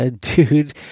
dude